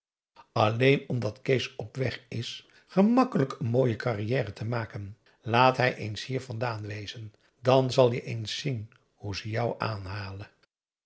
alleen omdat kees op weg is gemakkelijk een mooie carrière te maken laat hij eens hier vandaan wezen dan zal je eens zien hoe ze jou aanhalen